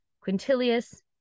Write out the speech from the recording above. quintilius